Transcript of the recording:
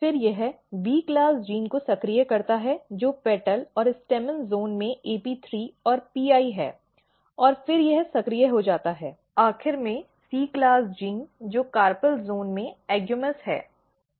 फिर यह B class gene को सक्रिय करता है जो पेटल और स्टैमेन ज़ोन में AP3 और PI है और फिर यह सक्रिय हो जाता है आखिर में C क्लास जीन जो कार्पेल ज़ोन में AGAMOUS है